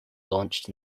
launched